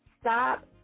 Stop